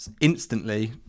instantly